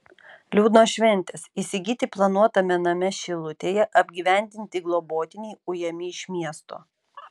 liūdnos šventės įsigyti planuotame name šilutėje apgyvendinti globotiniai ujami iš miesto